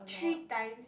three times